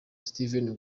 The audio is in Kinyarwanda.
steven